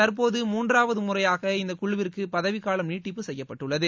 தற்போது மூன்றாவது முறையாக இந்தக் குழுவிற்கு பதவிக்காலம் நீடிப்பு செய்யப்பட்டுள்ளது